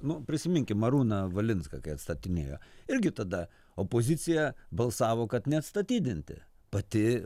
nu prisiminkim arūną valinską kai atstatinėjo irgi tada opozicija balsavo kad neatstatydinti pati